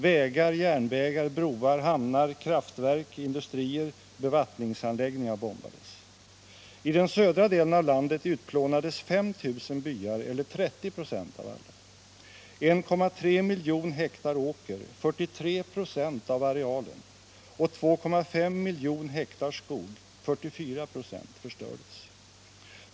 Vägar, järnvägar, broar, hamnar, kraftverk, industrier och bevattningsanläggningar bombades. I den södra delen av landet utplånades 5 000 byar — 30 96 av alla. 1,3 miljoner ha åker — 43 26 av arealen — och 2,5 miljoner ha skog — 44 96 — förstördes.